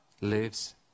lives